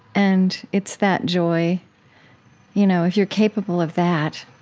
and it's that joy you know if you're capable of that,